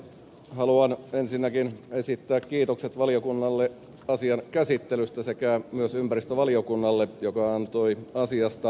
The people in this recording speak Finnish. haluan ensinnäkin esittää kiitokset valiokunnalle asian käsittelystä sekä myös ympäristövaliokunnalle joka antoi asiasta lausunnon